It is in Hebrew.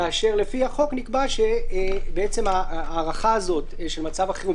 כאשר לפי החוק נקבע שההארכה הזאת של מצב החירום,